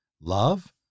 love